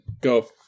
Go